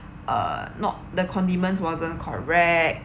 uh not the condiments wasn't correct